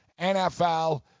NFL